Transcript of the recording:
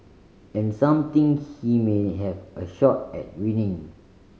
and some think he may have a shot at winning